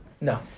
No